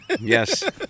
yes